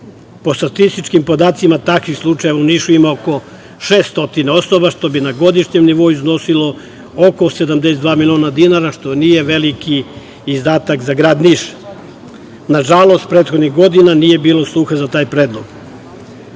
Po statističkim podacima takvih slučajeva ima oko 600, što bi na godišnjem nivou iznosilo oko 72 miliona dinara, što nije veliki izdatak za grad Niš. Nažalost, prethodnih godina nije bilo sluha za taj predlog. Sada